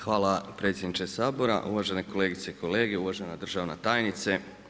Hvala predsjedniče Sabora, uvažene kolegice i kolege, uvažena državna tajnice.